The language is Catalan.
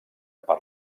per